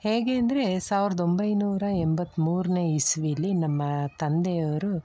ಹೇಗೆ ಅಂದ್ರೆ ಸಾವಿರದ ಒಂಬೈನೂರ ಎಂಬತ್ತ ಮೂರನೇ ಇಸವೀಲಿ ನಮ್ಮ ತಂದೆಯವರು